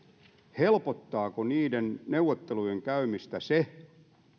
helpottaako niiden neuvottelujen käymistä se